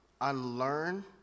unlearn